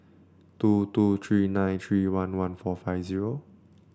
two two three nine three one one four five zero